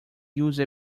use